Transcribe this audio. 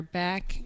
back